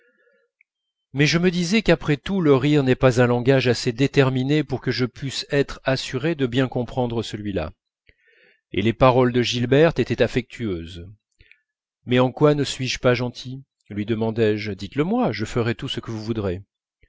mais je me disais qu'après tout le rire n'est pas un langage assez déterminé pour que je pusse être assuré de bien comprendre celui-là et les paroles de gilberte étaient affectueuses mais en quoi ne suis-je pas gentil lui demandai-je dites-le moi je ferai tout ce que vous voudrez